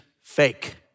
fake